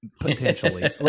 potentially